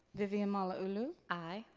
vivian malauulu? aye.